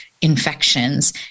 infections